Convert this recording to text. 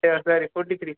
sorry forty three